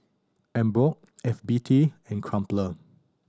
Emborg F B T and Crumpler